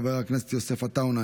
חבר הכנסת יוסף עטאונה,